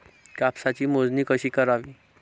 कापसाची मोजणी कशी करावी?